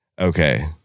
Okay